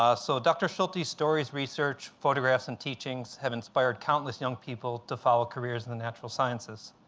ah so dr. schultes' stories, research, photographs, and teachings have inspired countless young people to follow careers in the natural sciences,